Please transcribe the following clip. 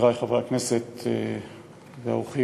חברי חברי הכנסת והאורחים,